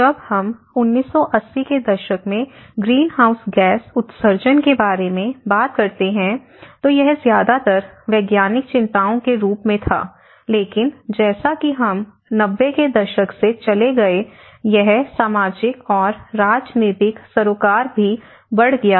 जब हम 1980 के दशक में ग्रीनहाउस गैस उत्सर्जन के बारे में बात करते हैं तो यह ज्यादातर वैज्ञानिक चिंताओं के रूप में था लेकिन जैसा कि हम 90 के दशक से चले गए यह सामाजिक और राजनीतिक सरोकार भी बढ़ गया है